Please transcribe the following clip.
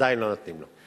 עדיין לא נותנים לו.